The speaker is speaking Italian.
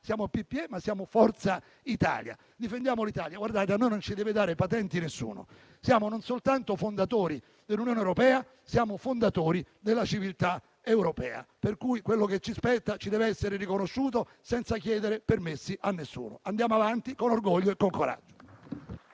Siamo PPE, ma siamo Forza Italia; difendiamo l'Italia. Guardate che a noi non deve dare patenti nessuno: siamo non soltanto fondatori dell'Unione europea, siamo fondatori della civiltà europea, per cui quello che ci spetta ci dev'essere riconosciuto senza chiedere permessi a nessuno. Andiamo avanti con orgoglio e con coraggio.